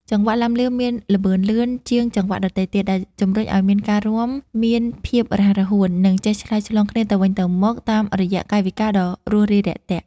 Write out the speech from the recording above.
ចង្វាក់ឡាំលាវមានល្បឿនលឿនជាងចង្វាក់ដទៃបន្តិច ដែលជំរុញឱ្យអ្នករាំមានភាពរហ័សរហួន និងចេះឆ្លើយឆ្លងគ្នាទៅវិញទៅមកតាមរយៈកាយវិការដ៏រួសរាយរាក់ទាក់។